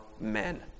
men